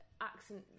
accent